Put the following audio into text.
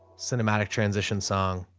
cinematic transition song.